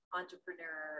entrepreneur